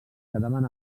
quedaven